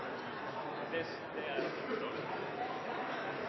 pris på. Det er